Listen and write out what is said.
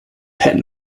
pet